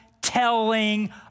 telling